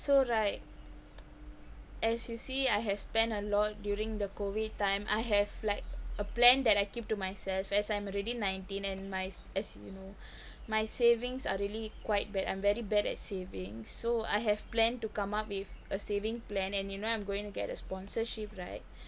so right as you see I have spent a lot during the COVID time I have like a plan that I keep to myself as I am already nineteen and might as you know my savings are really quite bad I'm very bad at saving so I have planned to come up with a saving plan and you know I'm going get a sponsorship right